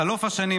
בחלוף השנים,